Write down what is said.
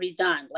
redone